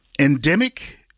endemic